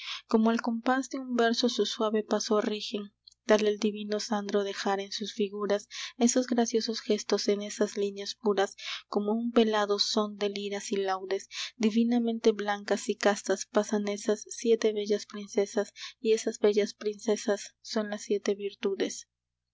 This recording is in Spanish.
como al compás de un verso su suave paso rigen tal el divino sandro dejara en sus figuras esos graciosos gestos en esas líneas puras como a un velado són de liras y laudes divinamente blancas y castas pasan esas siete bellas princesas y esas bellas princesas son las siete virtudes al